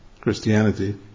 Christianity